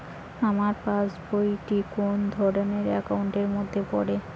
আমার পাশ বই টি কোন ধরণের একাউন্ট এর মধ্যে পড়ে?